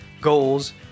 goals